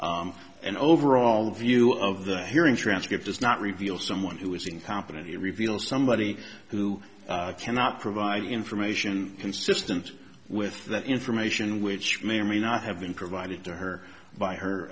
an overall view of the hearings transcript does not reveal someone who is incompetent to reveal somebody who cannot provide the information consistent with that information which may or may not have been provided to her by her